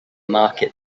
market